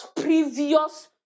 previous